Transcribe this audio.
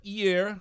year